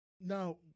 Now